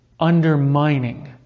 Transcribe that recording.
Undermining